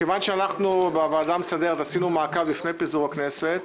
כיוון שאנחנו בוועדה המסדרת עשינו מעקב לפני פיזור הכנסת,